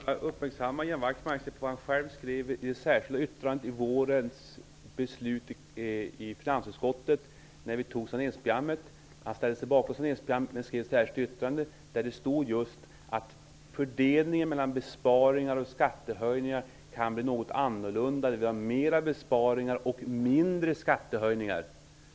Herr talman! Jag vill bara uppmärksamma Ian Wachtmeister på vad han själv skrev i det särskilda yttrandet vid behandlingen av saneringsprogrammet i finansutskottet i våras. Han ställde sig bakom saneringsprogrammet, men skrev ett särskilt yttrande där det stod just att fördelningen mellan besparingar och skattehöjningar kan bli något annorlunda. Han ville ha mera besparingar och mindre skattehöjningar.